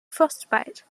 frostbite